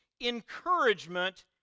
encouragement